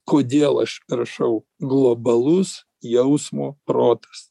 kodėl aš rašau globalus jausmo protas